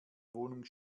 wohnung